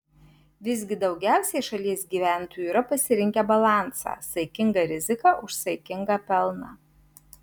visgi daugiausiai šalies gyventojų yra pasirinkę balansą saikinga rizika už saikingą pelną